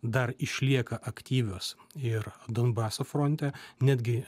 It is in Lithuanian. dar išlieka aktyvios ir donbaso fronte netgi